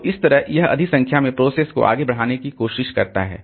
तो इस तरह यह अधिक संख्या में प्रोसेस को आगे बढ़ाने की कोशिश करता है